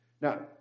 Now